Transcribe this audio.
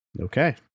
Okay